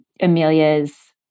Amelia's